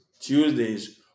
Tuesdays